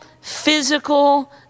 physical